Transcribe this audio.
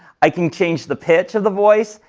i can change the pitch of the voice,